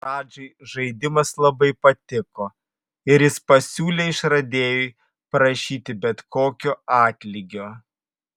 radžai žaidimas labai patiko ir jis pasiūlė išradėjui prašyti bet kokio atlygio